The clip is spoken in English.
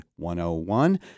101